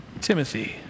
Timothy